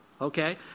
Okay